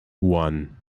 one